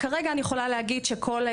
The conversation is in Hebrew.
אני יכולה להגיד שכרגע,